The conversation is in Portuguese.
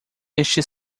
este